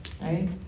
right